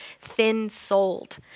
thin-souled